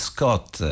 Scott